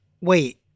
Wait